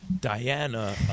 Diana